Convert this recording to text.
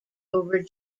over